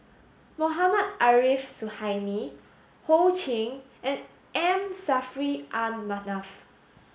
Mohammad Arif Suhaimi Ho Ching and M Saffri A Manaf